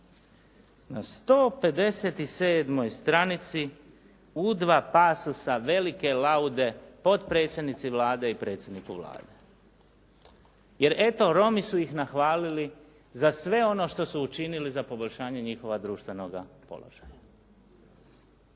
Na 157. stranici u dva pasosa, velike laude potpredsjednici Vlade i predsjedniku Vlade. Jer eto Romi su ih nahvalili za sve ono što su učinili za poboljšanje njihovoga društvenoga položaja.